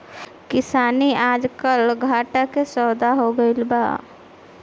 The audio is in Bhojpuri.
किसानी आजकल घाटा के सौदा हो गइल बा